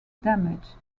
damage